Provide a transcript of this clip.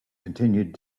continued